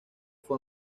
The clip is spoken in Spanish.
fue